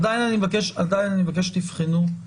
עדיין אני מבקש שתבחנו את הנושא.